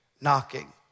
knocking